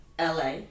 LA